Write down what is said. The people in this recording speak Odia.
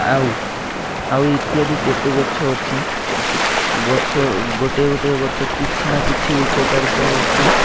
ଆଉ ଆଉ ଇତ୍ୟାଦି କେତେ ଗଛ ଅଛି ଗଛ ଗୋଟିଏ ଗୋଟିଏ ଗଛ କିଛି ନା କିଛି ଉପକାରିତା ଅଛି